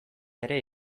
ere